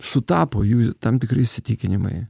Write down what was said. sutapo jų tam tikri įsitikinimai